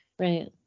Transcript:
Right